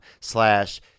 slash